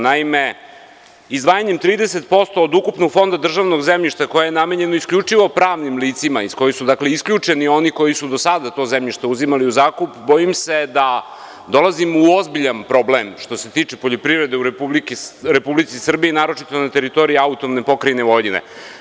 Naime, izdvajanjem 30% od ukupnog fonda državnog zemljišta koje je namenjeno isključivo pravnim licima iz kojeg su dakle isključeni oni koji su do sada to zemljište uzimali u zakup, bojim se da dolazimo u ozbiljan problem, što se tiče poljoprivrede u Republici Srbiji, naročito na teritoriji AP Vojvodine.